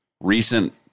recent